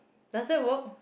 does that work